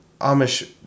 Amish